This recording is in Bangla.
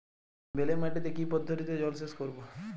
বেলে মাটিতে কি পদ্ধতিতে জলসেচ করব?